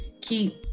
keep